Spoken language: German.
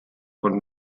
von